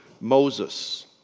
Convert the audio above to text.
Moses